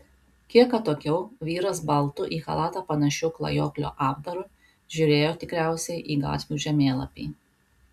kiek atokiau vyras baltu į chalatą panašiu klajoklio apdaru žiūrėjo tikriausiai į gatvių žemėlapį